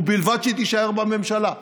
ובלבד שהיא תישאר בממשלה.